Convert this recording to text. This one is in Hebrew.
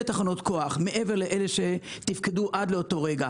תחנות כוח מעבר לאלה שתפקדו עד לאותו רגע,